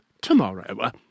tomorrow